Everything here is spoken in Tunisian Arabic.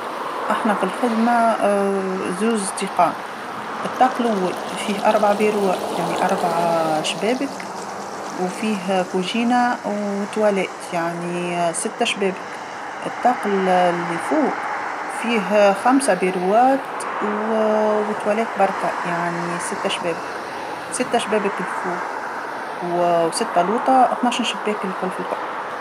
احنا فالخدمه زوز تيقان، التاق اللول فيه أربع بيرووات يعني ربعه شبابك وفيه كوزينه ومرحاض، يعني سته شبابك، التاق اللي فوڨ فيه خمسه بيرووات و مرحاض برك يعني سته شبابك، سته شباك الفوڨ وسته لوطا يعني طناعش شباك في الكل.